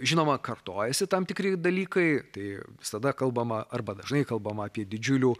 žinoma kartojasi tam tikri dalykai tai visada kalbama arba dažnai kalbama apie didžiulių